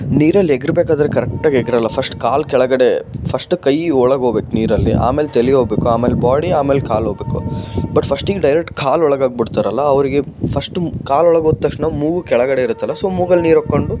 ನೀರಲ್ಲಿ ಎಗರಬೇಕಾದ್ರೆ ಕರೆಕ್ಟಾಗಿ ಎಗರೋಲ್ಲ ಫಶ್ಟ್ ಕಾಲ್ ಕೆಳಗಡೆ ಫಶ್ಟ್ ಕೈ ಒಳಗೆ ಹೋಗ್ಬೇಕು ನೀರಲ್ಲಿ ಆಮೇಲೆ ತಲೆ ಹೋಗಬೇಕು ಆಮೇಲೆ ಬಾಡಿ ಆಮೇಲೆ ಕಾಲು ಹೋಗಬೇಕು ಬಟ್ ಫಶ್ಟಿಗೆ ಡೈರೆಕ್ಟ್ ಕಾಲು ಒಳಗಾಕ್ಬಿಡ್ತಾರಲ್ಲ ಅವರಿಗೆ ಫಶ್ಟು ಕಾಲು ಒಳಗೋದ ತಕ್ಷಣ ಮೂಗು ಕೆಳಗಡೆ ಇರುತ್ತಲ್ಲ ಸೊ ಮೂಗಲ್ಲಿ ನೀರು ಹೊಕ್ಕೊಂಡು